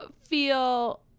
feel